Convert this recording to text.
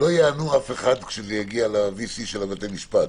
לא יענו אף אחד כשזה ל-VC של בתי המשפט,